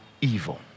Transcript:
evil